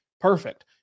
perfect